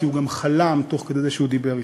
כי הוא גם חלם תוך כדי שהוא דיבר אתך.